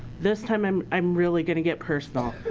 this time i'm i'm really gonna get personal.